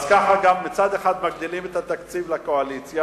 אז ככה גם מצד אחד מגדילים את התקציב לקואליציה,